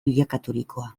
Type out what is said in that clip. bilakaturikoa